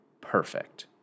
perfect